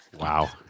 wow